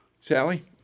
Sally